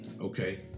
Okay